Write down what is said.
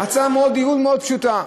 הצעת ייעול מאוד פשוטה: